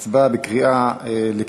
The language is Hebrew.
(תיקון מס' 28). הצבעה בקריאה ראשונה,